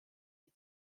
die